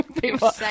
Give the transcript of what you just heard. people